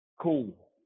cool